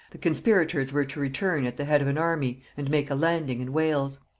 the conspirators were to return at the head of an army and make a landing in wales.